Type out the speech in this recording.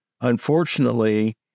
Unfortunately